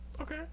Okay